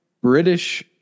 British